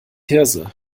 hirse